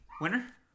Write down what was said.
Winner